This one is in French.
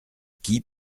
qui